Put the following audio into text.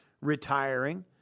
retiring